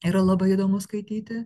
yra labai įdomu skaityti